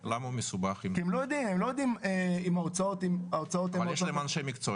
כי הם לא יודעים אם ההוצאות --- אבל יש להם אנשי מקצוע,